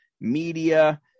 media